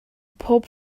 pob